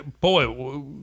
boy